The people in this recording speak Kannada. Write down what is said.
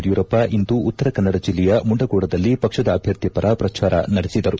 ಯಡಿಯೂರಪ್ಪ ಇಂದು ಉತ್ತರಕನ್ನಡ ಜಿಲ್ಲೆಯ ಮುಂಡಗೋಡದಲ್ಲಿ ಪಕ್ಷದ ಅಭ್ಯರ್ಥಿ ಪರ ಪ್ರಚಾರ ನಡೆಸಿದರು